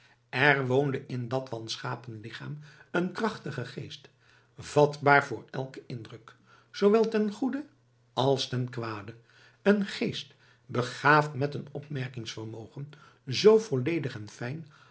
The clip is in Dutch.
er woonde in dat wanschapen lichaam een krachtige geest vatbaar voor elken indruk zoowel ten goede als ten kwade een geest begaafd met een opmerkingsvermogen zoo volledig en fijn